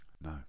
no